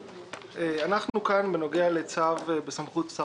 כאן בנוגע לצו בסמכות שר